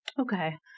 Okay